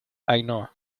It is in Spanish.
ainhoa